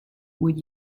would